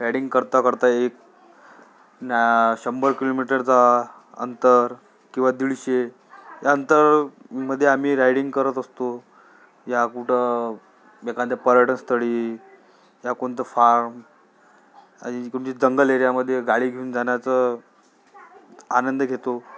riding करता करता एक शंभर किलोमीटरचा अंतर किंवा दीडशे या अंतरामध्ये आम्ही रायडींग करत असतो या कुठं एखाद्या पर्यटनस्थळी या कोणतं फार्म आणि जंगल एरियामध्ये गाडी घेऊन जाण्याचं आनंद घेतो